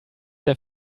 der